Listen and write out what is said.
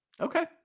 Okay